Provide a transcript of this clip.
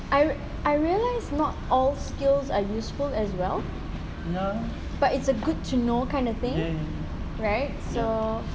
I I realise not all skills are useful as well but it's a good to know kind of thing right so